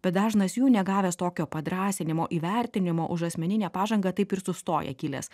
bet dažnas jų negavęs tokio padrąsinimo įvertinimo už asmeninę pažangą taip ir sustoja kilęs